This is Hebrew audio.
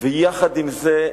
ויחד עם זה,